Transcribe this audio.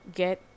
get